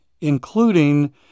including